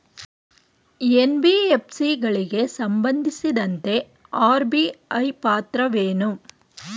NBFC ಗಳಿಗೆ ಸಂಬಂಧಿಸಿದಂತೆ RBI ಪಾತ್ರವೇನು?